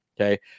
Okay